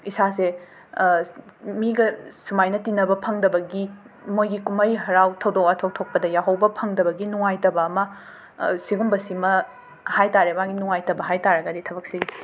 ꯏꯁꯥꯁꯦ ꯃꯤꯒ ꯁꯨꯃꯥꯏꯅ ꯇꯤꯟꯅꯕ ꯐꯪꯗꯕꯒꯤ ꯃꯣꯏꯒꯤ ꯀꯨꯝꯃꯩ ꯍꯔꯥꯎ ꯊꯧꯗꯣꯛ ꯋꯥꯊꯣꯛ ꯊꯣꯛꯄꯗ ꯌꯥꯎꯍꯧꯕ ꯐꯪꯗꯕꯒꯤ ꯅꯨꯡꯉꯥꯏꯇꯕ ꯑꯃ ꯁꯤꯒꯨꯝꯕꯁꯤꯃ ꯍꯥꯏ ꯇꯥꯔꯦ ꯃꯥꯒꯤ ꯅꯨꯡꯉꯥꯏꯇꯕ ꯍꯥꯏ ꯇꯥꯔꯒꯗꯤ ꯊꯕꯛꯁꯤ